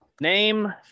Name